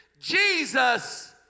Jesus